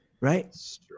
Right